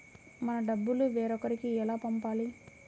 మన డబ్బులు వేరొకరికి ఎలా పంపాలి?